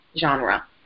genre